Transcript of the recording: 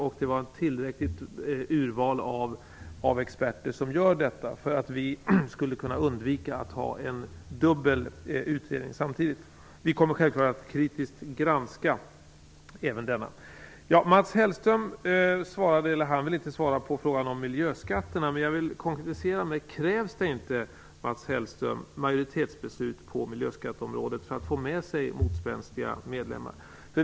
Det är också ett tillräckligt urval av experter som utför denna utredning för att vi skall kunna undvika att ha en dubbel utredning. Vi kommer självfallet att kritiskt granska denna utredning. Mats Hellström ville inte svara på frågan om miljöskatterna. Men jag vill konkretisera mig. Krävs det inte, Mats Hellström, majoritetsbeslut på miljöskatteområdet för att få med sig motspänstiga medlemmar?